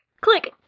Click